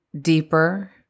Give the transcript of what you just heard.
deeper